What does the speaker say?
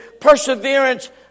perseverance